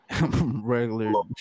Regular